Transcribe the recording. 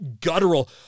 guttural